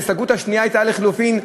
ההסתייגות השנייה הייתה לחלופין,